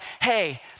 hey